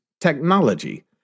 technology